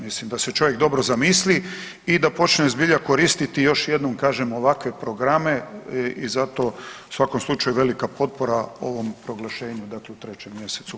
Mislim da se čovjek dobro zamisli i da počne zbilja koristiti još jednom kažem ovakve programe i zato u svakom slučaju velika potpora ovom proglašenju dakle u 3. mjesecu.